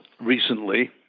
recently